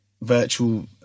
virtual